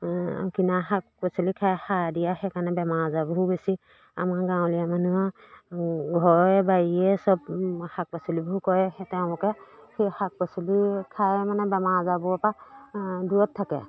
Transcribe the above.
কিনা শাক পাচলি খাই সাৰ দিয়া সেইকাৰণে বেমাৰ আজাবোৰ বেছি আমাৰ গাঁৱলীয়া মানুহৰ ঘৰে বাৰীয়ে চব শাক পাচলিবোৰ কৰে সেই তেওঁলোকে সেই শাক পাচলি খাই মানে বেমাৰ আজাৰবোৰৰ পৰা দূৰত থাকে